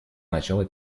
начала